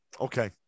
Okay